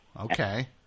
Okay